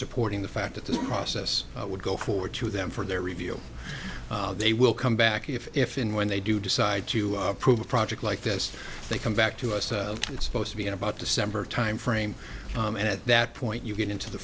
supporting the fact that this process would go forward to them for their review they will come back if if and when they do decide to approve a project like this they come back to us it's supposed to be about december timeframe and at that point you get into the